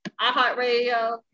iHeartRadio